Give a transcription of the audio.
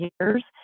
years